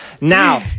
Now